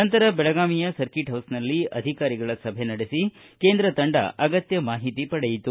ನಂತರ ಬೆಳಗಾವಿಯ ಸರ್ಕೀಟ್ ಹೌಸ್ನಲ್ಲಿ ಅಧಿಕಾರಿಗಳ ಸಭೆ ನಡೆಸಿ ಕೇಂದ್ರ ತಂಡ ಅಗತ್ಯ ಮಾಹಿತಿ ಪಡೆಯಿತು